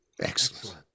Excellent